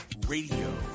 Radio